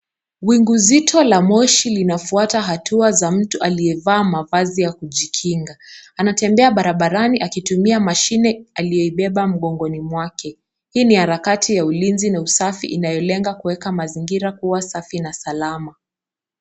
Wingu zito la moshi linafuata hatua za mtu aliyevaa mavazi ya kujikinga. Anatembea barabarani akitumia mashini aliyoibeba mgongoni mwake. Hii ni harakati ya ulinzi na usafi, inayolenga kuweka mazingira kuwa safi na salama.